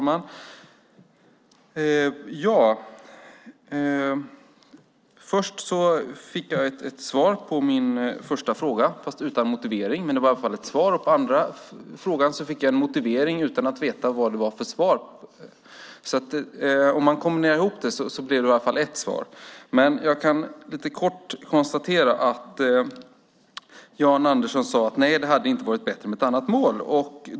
Fru talman! Först fick jag ett svar på min första fråga fast utan motivering, men det var i alla fall ett svar. På den andra frågan fick jag en motivering utan att få något svar. Om man kombinerar ihop det blir det i alla fall ett svar. Jan Andersson sade: Nej, det hade inte varit bättre med ett annat mål.